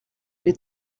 les